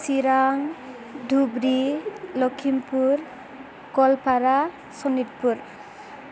Chirang Dhubri Lakhimpur Goalpara Sonitpur